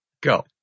Go